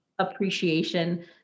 appreciation